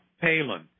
Palin